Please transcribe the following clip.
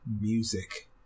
music